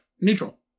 Neutral